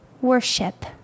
worship